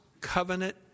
covenant